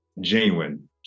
genuine